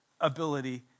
ability